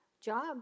job